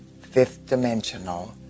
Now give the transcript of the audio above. fifth-dimensional